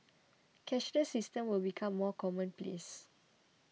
cashless systems will become more commonplace